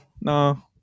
no